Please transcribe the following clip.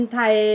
Thai